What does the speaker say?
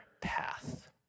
path